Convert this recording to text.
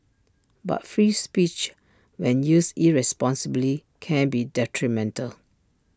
but free speech when used irresponsibly can be detrimental